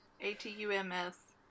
A-T-U-M-S